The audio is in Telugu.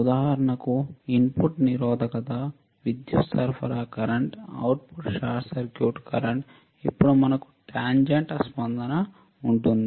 ఉదాహరణకు ఇన్పుట్ నిరోధకత విద్యుత్ సరఫరా current output short circuit current ఇప్పుడు మనకు టాంజెంట్ స్పందన ఉంటుంది